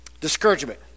discouragement